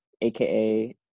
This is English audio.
AKA